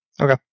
okay